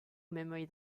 memory